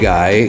Guy